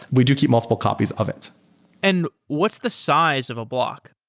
we do keep multiple copies of it and what's the size of a block?